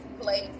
place